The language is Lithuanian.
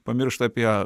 pamiršta apie